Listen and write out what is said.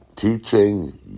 teaching